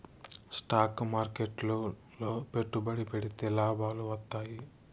stock మార్కెట్లు లో పెట్టుబడి పెడితే లాభాలు వత్తాయి